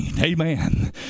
amen